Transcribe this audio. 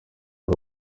ari